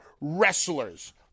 wrestlers